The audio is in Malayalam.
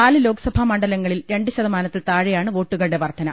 നാല് ലോക്സഭാ മണ്ഡലങ്ങളിൽ രണ്ട് ശതമാനത്തിൽ താഴെയാണ് വോട്ടുകളുടെ വർധന